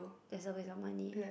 there's always your money